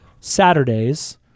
Saturdays